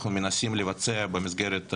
נכנסתי באיחור, אני מכיר את הנתונים.